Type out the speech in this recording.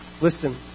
listen